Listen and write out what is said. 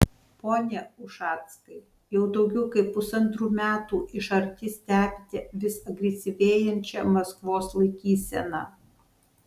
pone ušackai jau daugiau kaip pusantrų metų iš arti stebite vis agresyvėjančią maskvos laikyseną